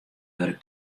wurk